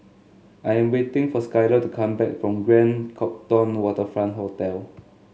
I am waiting for Skyler to come back from Grand Copthorne Waterfront Hotel